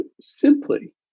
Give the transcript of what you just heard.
simply